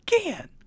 again